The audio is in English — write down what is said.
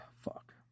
Fuck